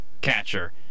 catcher